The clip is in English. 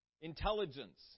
intelligence